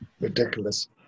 ridiculous